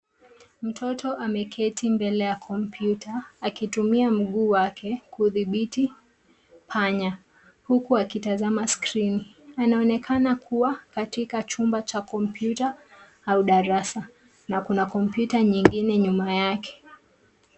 Mtoto ameketi mbele ya kompyuta akitumia mguu wake kudhibiti kipanya, huku akitazama skrini. Anaonekana kuwa katika chumba cha kompyuta au darasa, na kuna kompyuta nyingine nyuma yake.